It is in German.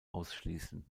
ausschließen